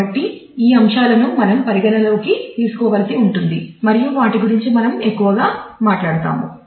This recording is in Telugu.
కాబట్టి ఈ అంశాలను మనం పరిగణనలోకి తీసుకోవలసి ఉంటుంది మరియు వాటి గురించి మనం ఎక్కువగా మాట్లాడుతాము